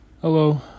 Hello